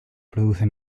produce